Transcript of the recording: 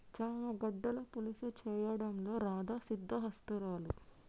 చామ గడ్డల పులుసు చేయడంలో రాధా సిద్దహస్తురాలు